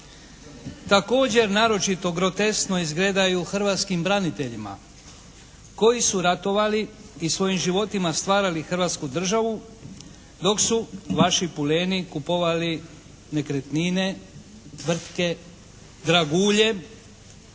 Također naročito groteskno izgledaju hrvatskim braniteljima koji su ratovali i svojim životima stvarali Hrvatsku Državu dok su vaši puleni kupovali nekretnine tvrtke, dragulje,